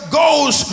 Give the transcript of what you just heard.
goes